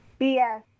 BS